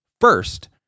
First